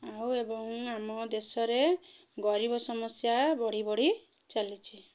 ଆଉ ଏବଂ ଆମ ଦେଶରେ ଗରିବ ସମସ୍ୟା ବଢ଼ି ବଢ଼ି ଚାଲିଛି